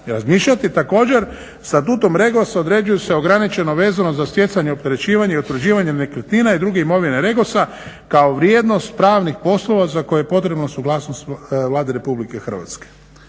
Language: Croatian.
razmišljati. Također s … REGOS određuju se ograničeno vezano za stjecanje opterećivanja i utvrđivanja nekretnina i drugih imovina REGOS-a kao vrijednost pravnih poslova za koje je potrebna suglasnost Vlade Republike Hrvatske.